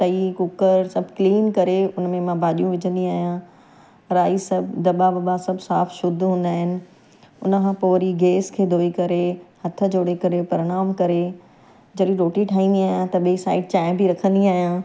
तई कुकरु सभु क्लीन करे उन में मां भाॼियूं विझंदी आहियां राइ सभु दॿा वॿा सभु साफ़ु शुद्ध हूंदा आहिनि उन खां पोइ वरी गेस खे धोइ करे हथु जोड़े करे प्रणाम करे जॾहिं रोटी ठाहींदी आहियां त ॿिए साइड चांहि बि रखंदी आहियां